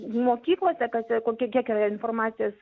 mokyklose kad ko kiek yra informacijos